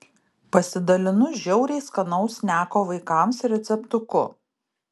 pasidalinu žiauriai skanaus sneko vaikams receptuku